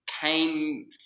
came